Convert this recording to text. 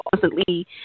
constantly